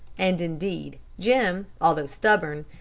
and indeed jim, although stubborn,